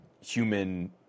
human